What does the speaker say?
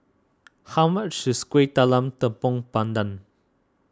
how much is Kuih Talam Tepong Pandan